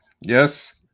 yes